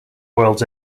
worlds